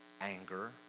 anger